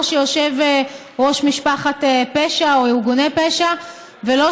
לא כשיושב ראש משפחת פשע או ארגוני פשע ולא